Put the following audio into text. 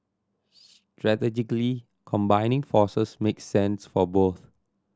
strategically combining forces makes sense for both